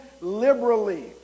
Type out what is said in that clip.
liberally